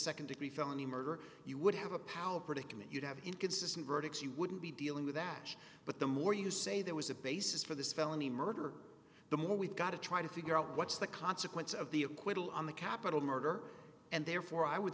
felony murder you would have a power predicament you'd have inconsistent verdicts you wouldn't be dealing with ash but the more you say there was a basis for this felony murder the more we've got to try to figure out what's the consequence of the acquittal on the capital murder and therefore i would